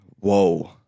Whoa